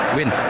win